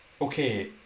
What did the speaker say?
Okay